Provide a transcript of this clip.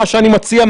מה שאני מציע,